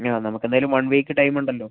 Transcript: ആ നമുക്ക് എന്തായാലും വൺ വീക്ക് ടൈം ഉണ്ടല്ലോ